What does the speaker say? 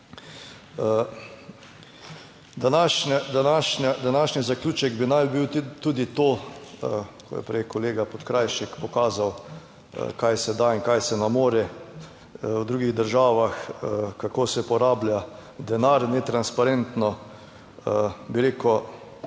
Današnji zaključek bi naj bil tudi to, ko je prej kolega Podkrajšek pokazal kaj se da in kaj se ne more v drugih državah, kako se porablja denar netransparentno, bi rekel,